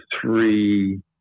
three